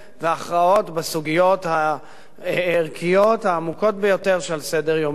והכרעות בסוגיות הערכיות העמוקות ביותר שעל סדר-יומנו.